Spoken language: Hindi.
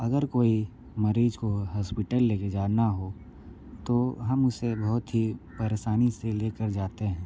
अगर किसी मरीज को हॉस्पिटल लेकर जाना हो तो हम उसे बहुत ही परेशानी से लेकर जाते है